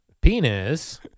penis